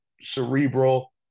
cerebral